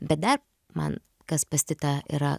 bet dar man kas pas titą yra